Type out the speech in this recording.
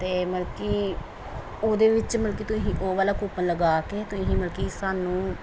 ਅਤੇ ਮਲ ਕਿ ਉਹਦੇ ਵਿੱਚ ਮਲ ਕਿ ਤੁਸੀਂ ਉਹ ਵਾਲਾ ਕੁਪਨ ਲਗਾ ਕੇ ਤੁਸੀਂ ਮਲ ਕਿ ਸਾਨੂੰ